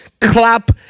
clap